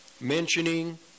mentioning